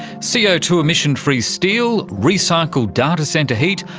c o two emission-free steel, recycled data centre heat,